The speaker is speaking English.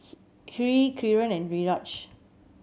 Hri Kiran and Niraj